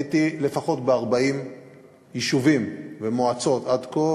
הייתי לפחות ב-40 יישובים ומועצות עד כה,